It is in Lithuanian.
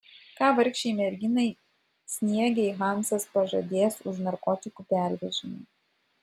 ką vargšei merginai sniegei hansas pažadės už narkotikų pervežimą